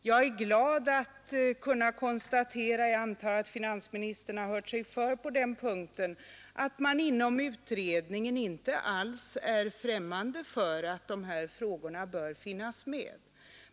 Jag är glad att kunna konstatera — jag antar att finansministern hört sig för på den punkten — att man inom utredningen inte alls är främmande för att dessa frågor bör finnas med.